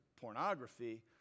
pornography